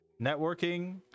networking